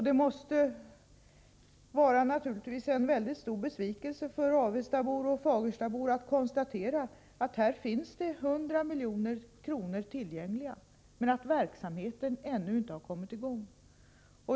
Det måste naturligtvis vara en väldigt stor besvikelse för både avestabor och fagerstabor att konstatera att det här finns 100 milj.kr. tillgängliga, men att verksamheten trots detta ännu inte har kommit i gång.